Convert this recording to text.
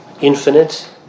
infinite